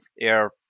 air